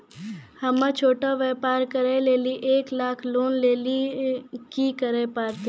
हम्मय छोटा व्यापार करे लेली एक लाख लोन लेली की करे परतै?